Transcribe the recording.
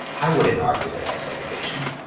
i wouldn't argue that that's segregation.